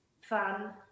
fun